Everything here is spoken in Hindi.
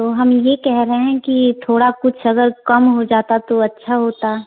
तो हम यह कह रहे हैं कि थोड़ा कुछ अगर कम हो जाता तो अच्छा होता